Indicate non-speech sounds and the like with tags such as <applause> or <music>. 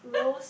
<laughs>